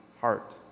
heart